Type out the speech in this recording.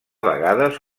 vegades